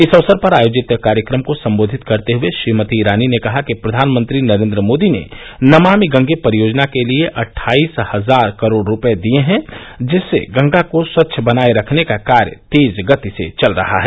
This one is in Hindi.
इस अवसर पर आयोजित कार्यक्रम को सम्बोधित करते हये श्रीमती ईरानी ने कहा कि प्रधानमंत्री नरेन्द्र मोदी ने नमाभि गंगे परियोजना के लिये अट्ठाईस हजार करोड़ रूपये दिये हैं जिससे गंगा को स्वच्छ बनाये रखने का कार्य तेज गति से चल रहा है